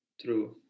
True